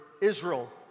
Israel